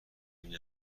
این